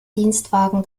dienstwagen